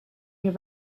you